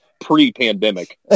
pre-pandemic